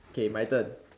okay my turn